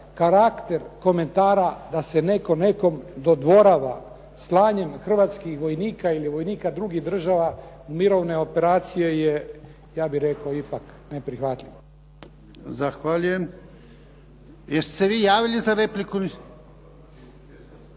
karakter komentara da se netko nekome dodvorava slanjem hrvatskih vojnika ili vojnih drugih država u mirovne operacije je ja bih rekao ipak neprihvatljivo. **Jarnjak, Ivan (HDZ)** Zahvaljujem. Jeste se vi javili za repliku?